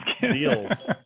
deals